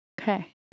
Okay